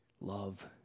love